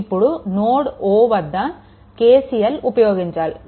ఇప్పుడు node O వద్ద KCL ఉపయోగించాలి